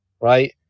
right